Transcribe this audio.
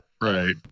right